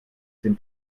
dem